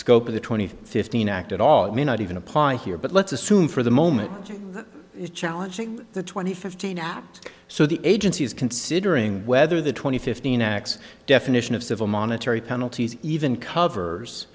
scope of the twenty fifteen act at all it may not even apply here but let's assume for the moment it's challenging the twenty fifteen or so the agency is considering whether the twenty fifteen x definition of civil monetary penalties even covers